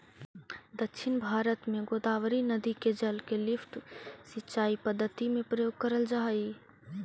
दक्षिण भारत में गोदावरी नदी के जल के लिफ्ट सिंचाई पद्धति में प्रयोग करल जाऽ हई